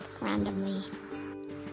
Randomly